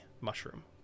mushroom